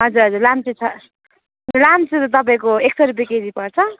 हजुर हजुर लाम्चे छ लाम्चे त तपाईँको एक सय रुपियाँ केजी पर्छ